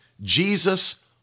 Jesus